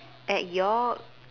at york